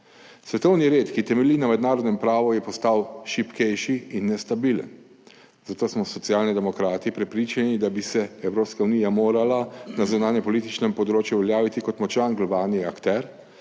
Svetovni red, ki temelji na mednarodnem pravu, je postal šibkejši in nestabilen. Zato smo Socialni demokrati prepričani, da bi se Evropska unija morala na zunanjepolitičnem področju uveljaviti kot močan globalni akter,